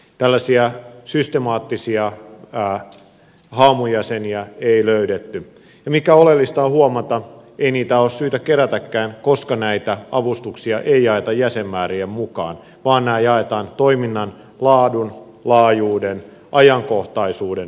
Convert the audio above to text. tällaisia systemaattisia haamujäseniä ei löydetty ja mikä on oleellista huomata ei niitä ole syytä kerätäkään koska näitä avustuksia ei jaeta jäsenmäärien mukaan vaan nämä jaetaan toiminnan laadun laajuuden ajankohtaisuuden perusteella